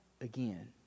again